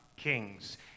kings